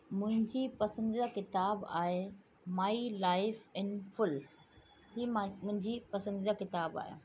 मुंहिंजी पसंदीदा किताबु आहे माई लाइफ इन फुल हीअ मां मुंहिंजी पसंदीदा किताबु आहे